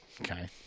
Okay